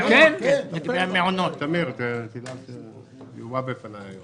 זה יובא בפניו.